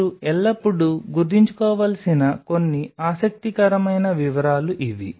మీరు ఎల్లప్పుడూ గుర్తుంచుకోవలసిన కొన్ని ఆసక్తికరమైన వివరాలు ఇవి